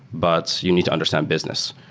but you need to understand business.